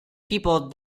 people